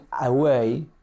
away